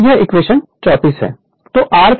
यह इक्वेशन 34 है